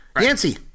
Nancy